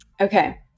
Okay